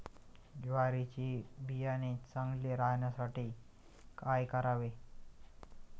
ज्वारीचे बियाणे चांगले राहण्यासाठी काय करावे?